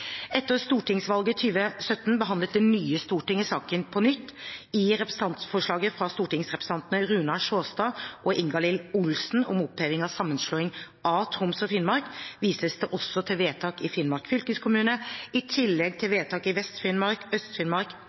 Etter stortingsvalget i 2017 behandlet det nye stortinget saken på nytt. I representantforslaget fra stortingsrepresentantene Runar Sjåstad og Ingalill Olsen om oppheving av sammenslåingen av Troms og Finnmark vises det også til vedtak i Finnmark fylkeskommune, i tillegg til vedtak i